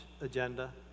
agenda